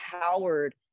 howard